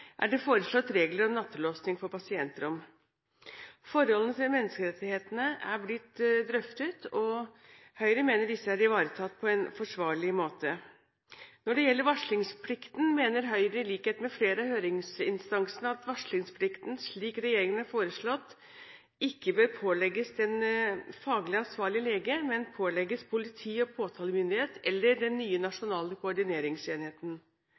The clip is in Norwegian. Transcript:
er det foreslått regler om nattelåsing av pasientrom. Forholdene til menneskerettighetene er blitt drøftet, og Høyre mener disse er ivaretatt på en forsvarlig måte. Når det gjelder varslingsplikten, mener Høyre – i likhet med flere av høringsinstansene – at varslingsplikten, slik regjeringen har foreslått, ikke bør pålegges den faglig ansvarlige lege, men politi og påtalemyndighet, eller den nye nasjonale koordineringsenheten.